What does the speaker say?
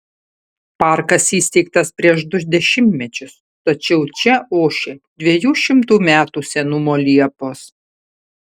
parkas įsteigtas prieš du dešimtmečius tačiau čia ošia dviejų šimtų metų senumo liepos